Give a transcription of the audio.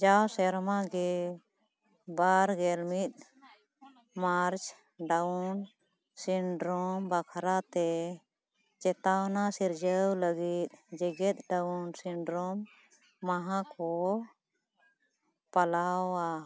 ᱡᱟᱣ ᱥᱮᱨᱢᱟᱜᱮ ᱵᱟᱨ ᱜᱮᱞ ᱢᱤᱫ ᱢᱟᱨᱪ ᱰᱟᱣᱩᱱ ᱥᱤᱱᱰᱨᱳᱢ ᱵᱟᱠᱷᱨᱟ ᱛᱮ ᱪᱮᱛᱟᱣᱟᱱᱟ ᱥᱤᱨᱡᱟᱹᱣ ᱞᱟᱹᱜᱤᱫ ᱡᱮᱜᱮᱫ ᱰᱟᱣᱩᱱ ᱥᱤᱱᱰᱨᱳᱢ ᱢᱟᱦᱟ ᱠᱚ ᱯᱟᱞᱟᱣᱟ